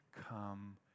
Come